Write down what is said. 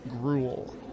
gruel